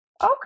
okay